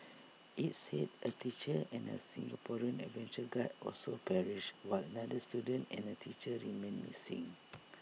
IT said A teacher and A Singaporean adventure guide also perished while another student and A teacher remain missing